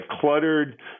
cluttered